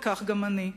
וכך גם אני.